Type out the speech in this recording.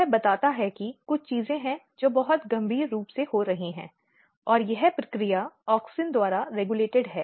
यह बताता है कि कुछ चीजें हैं जो बहुत गंभीर रूप से हो रही हैं और यह प्रक्रिया ऑक्सिनद्वारा रेगुलेटेड है